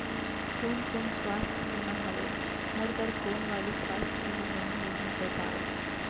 कोन कोन स्वास्थ्य बीमा हवे, मोर बर कोन वाले स्वास्थ बीमा बने होही बताव?